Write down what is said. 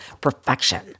Perfection